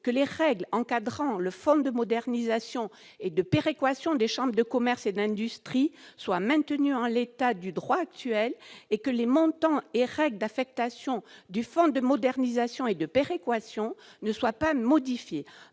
que les règles encadrant le fonds de modernisation et de péréquation des chambres de commerce et d'industrie soient maintenues en l'état du droit actuel et que les montants et règles d'affectation du fonds de modernisation et de péréquation ne soient pas modifiés.